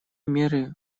меры